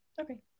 okay